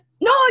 No